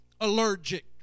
allergic